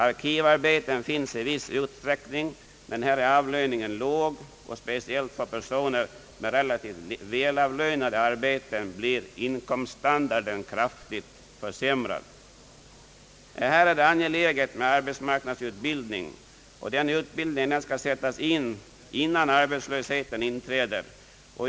Arkivarbeten finns i viss utsträckning, men avlöningen är låg. Speciellt för personer med välavlönade arbeten blir inkomststandarden kraftigt försämrad. Här är det angeläget med arbetsmarknadsutbildning, som skall sättas in innan arbetslösheten börjar.